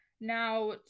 Now